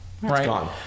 Right